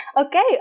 Okay